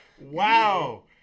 Wow